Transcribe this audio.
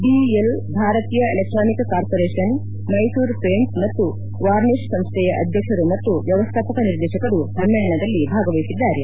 BEL ಭಾರತೀಯ electronic corporation Mysore paints ಮತ್ತು varnish ಸಂಸೈಯ ಅಧ್ಯಕ್ಷರು ಮತ್ತು ಮ್ಯವಸ್ಥಾಪಕ ನಿರ್ದೇಶಕರು ಸಮ್ಮೇಳನದಲ್ಲಿ ಭಾಗವಹಿಸಿದ್ದಾರೆ